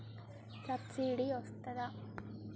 Subsidy వస్తదా?